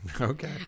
Okay